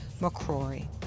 McCrory